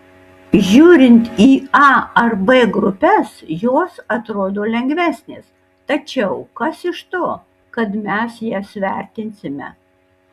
žiūrint į a ar b grupes jos atrodo lengvesnės tačiau kas iš to kad mes jas vertinsime